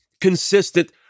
consistent